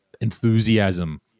enthusiasm